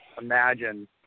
imagine